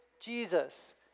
Jesus